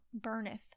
burneth